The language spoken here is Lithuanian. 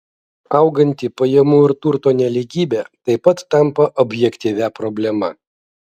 auganti pajamų ir turto nelygybė taip pat tampa objektyvia problema